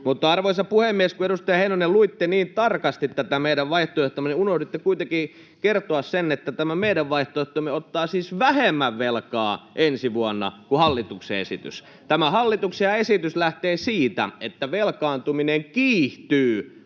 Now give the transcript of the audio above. Arvoisa puhemies! Kun, edustaja Heinonen, luitte niin tarkasti tätä meidän vaihtoehtoamme, unohditte kuitenkin kertoa sen, että tämä meidän vaihtoehtomme ottaa siis vähemmän velkaa ensi vuonna kuin hallituksen esitys. Tämä hallituksen esityshän lähtee siitä, että velkaantuminen kiihtyy